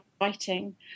writing